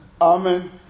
Amen